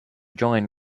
join